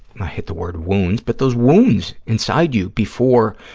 i hate the word wounds, but those wounds inside you before